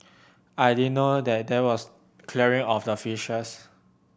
I didn't know that there was clearing of the fishes